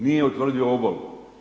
Nije utvrdio obalu.